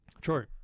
True